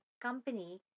company